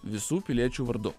visų piliečių vardu